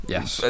Yes